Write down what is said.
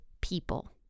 people